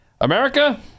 America